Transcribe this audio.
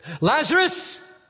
Lazarus